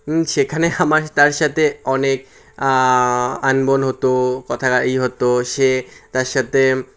সেখানে আমার তার সাথে অনেক আনবন হতো কথা কাটাকাটি হতো সে তার সাথে